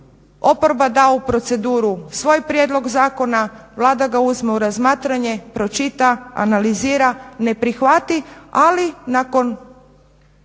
oporba da u proceduru svoj prijedlog zakona, Vlada ga uzme u razmatranje, pročita, analiziran, neprihvati, ali nakon